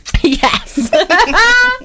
Yes